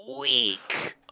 week